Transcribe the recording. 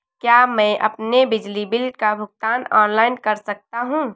क्या मैं अपने बिजली बिल का भुगतान ऑनलाइन कर सकता हूँ?